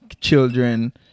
children